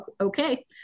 okay